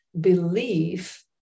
belief